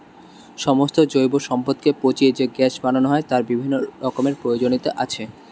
সমস্ত জৈব সম্পদকে পচিয়ে যে গ্যাস বানানো হয় তার বিভিন্ন রকমের প্রয়োজনীয়তা আছে